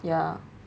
ya